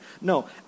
No